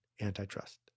antitrust